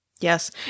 Yes